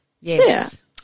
Yes